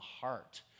heart